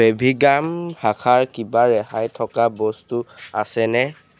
ফেভিগাম শাখাৰ কিবা ৰেহাই থকা বস্তু আছেনে